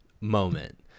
moment